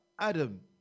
Adam